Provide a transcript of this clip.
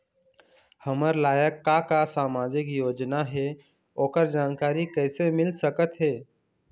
हमर लायक का का सामाजिक योजना हे, ओकर जानकारी कइसे मील सकत हे?